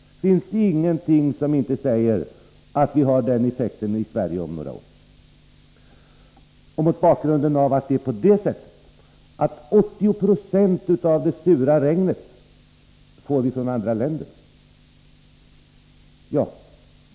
Det finns ingenting som säger att vi inte har den effekten i Sverige om några år. 80 90 av det sura regnet får vi från andra länder.